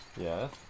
Yes